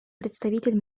представитель